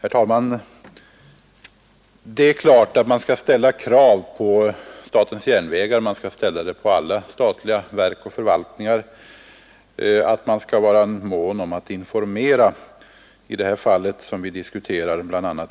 Herr talman! Det är klart att man skall ställa krav på statens järnvägar. Man skall ställa kravet på alla statliga verk och förvaltningar att de skall vara måna om att informera bl.a.